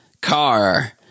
car